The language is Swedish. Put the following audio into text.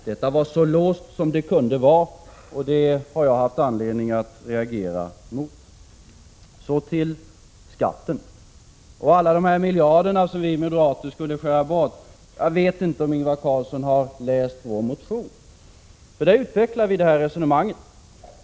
Det hela var så låst som det kunde vara, och det har jag haft anledning att reagera mot. Så till skatten och alla de miljarder som vi moderater enligt vad Ingvar Carlsson säger skulle vilja skära bort. Jag vet inte om Ingvar Carlsson har läst vår motion, för där utvecklar vi resonemanget.